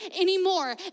anymore